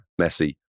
Messi